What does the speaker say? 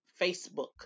Facebook